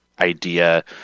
idea